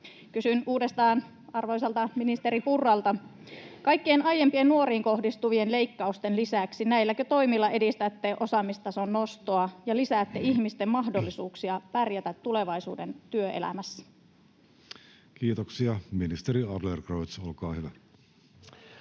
Adlercreutz viittaa] näilläkö toimilla, kaikkien aiempien nuoriin kohdistuvien leikkausten lisäksi, edistätte osaamistason nostoa ja lisäätte ihmisten mahdollisuuksia pärjätä tulevaisuuden työelämässä? Kiitoksia. — Ministeri Adlercreutz, olkaa hyvä.